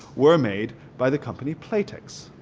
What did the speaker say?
were made by the company playtex.